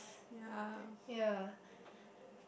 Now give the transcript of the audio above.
ya